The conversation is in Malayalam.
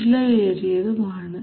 ചിലവേറിയതും ആണ്